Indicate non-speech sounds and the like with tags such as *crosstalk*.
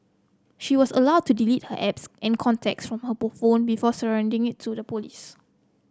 she was allowed to delete her apps and contacts from her *unintelligible* phone before surrendering it to the police